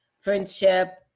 friendship